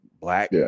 black